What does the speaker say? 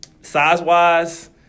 size-wise